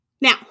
Now